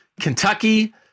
Kentucky